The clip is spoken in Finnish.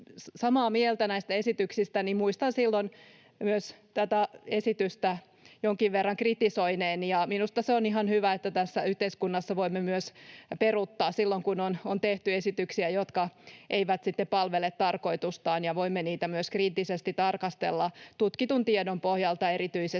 samaa mieltä näistä esityksistä, niin muistan silloin tätä esitystä myös jonkin verran kritisoineeni. Minusta on ihan hyvä, että tässä yhteiskunnassa voimme myös peruuttaa silloin, kun on tehty esityksiä, jotka eivät sitten palvele tarkoitustaan, ja voimme niitä myös kriittisesti tarkastella — tutkitun tiedon pohjalta erityisesti.